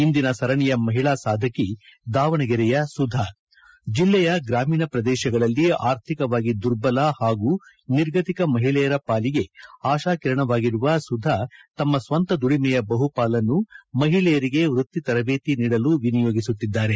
ಇಂದಿನ ಸರಣಿಯ ಮಹಿಳಾ ಸಾಧಿಕಿ ದಾವಣಗೆರೆಯ ಸುಧಾ ಜಿಲ್ಲೆಯ ಗ್ರಾಮೀಣ ಪ್ರದೇಶಗಳಲ್ಲಿ ಅರ್ಥಿಕವಾಗಿ ದುರ್ಬಲ ಹಾಗೊ ನಿರ್ಗತಿಕ ಮಹಿಳೆಯರ ಪಾಲಿಗೆ ಆಶಾಕಿರಣವಾಗಿರುವ ಸುಧಾ ತಮ್ಮ ಸ್ವಂತ ದುಡಿಮೆಯ ಬಹುಪಾಲನ್ನು ಮಹಿಳೆಯರಿಗೆ ವೃತ್ತಿ ತರಬೇತಿ ನೀಡಲು ವಿನಿಯೋಗಿಸುತ್ತಿದ್ದಾರೆ